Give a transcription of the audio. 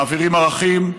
מעבירים ערכים,